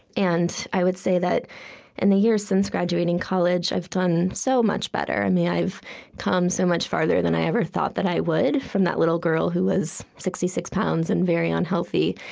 and i would say that in and the years since graduating college, i've done so much better. i mean i've come so much farther than i ever thought that i would, from that little girl who was sixty six pounds and very unhealthy.